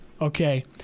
Okay